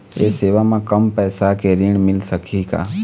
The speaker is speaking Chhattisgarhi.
ये सेवा म कम पैसा के ऋण मिल सकही का?